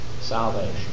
salvation